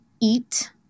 eat